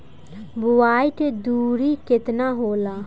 बुआई के दुरी केतना होला?